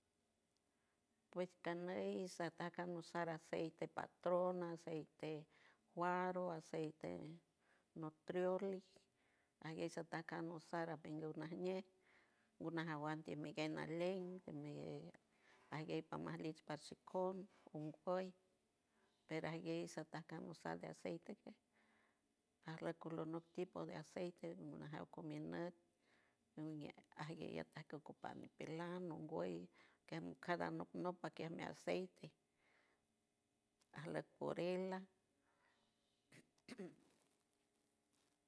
Pues caney susar aceite patrona aceite del faro aceite de nutrioli tanguien satancara sarape ñajñey gunaguandei gunalandinayeij ayleija magueys nagueys mapiej pashicould coid pero agueisantacai tiusar aceite aloj tulorlo tipo de aceite paraun combinar también hay otrio quiey ocupar pelandow wey lous tuu cada unolopa de mi aceite de la purella